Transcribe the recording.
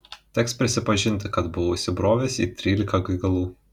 teks prisipažinti kad buvau įsibrovęs į trylika gaigalų